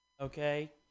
Okay